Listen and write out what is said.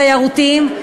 תיירותיים,